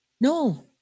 No